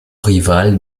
rivale